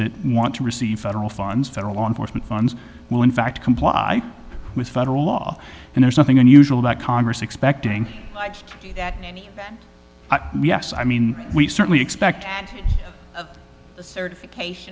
that want to receive federal funds federal law enforcement funds will in fact comply with federal law and there's nothing unusual that congress expecting yes i mean we certainly expect th